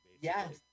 Yes